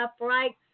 upright